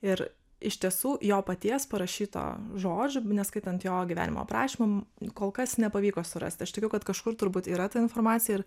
ir iš tiesų jo paties parašyto žodžio neskaitant jo gyvenimo aprašymų m kol kas nepavyko surast aš tikiu kad kažkur turbūt yra ta informacija ir